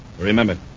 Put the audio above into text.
Remember